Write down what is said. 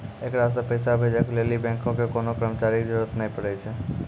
एकरा से पैसा भेजै के लेली बैंको के कोनो कर्मचारी के जरुरत नै पड़ै छै